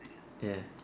ya